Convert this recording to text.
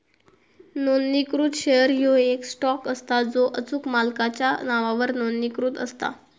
नोंदणीकृत शेअर ह्यो येक स्टॉक असता जो अचूक मालकाच्या नावावर नोंदणीकृत असता